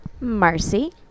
Marcy